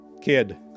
kid